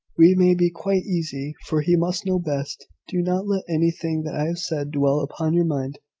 we may be quite easy for he must know best. do not let anything that i have said dwell upon your mind,